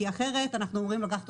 כי אחרת אנחנו אמורים לקחת